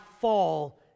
fall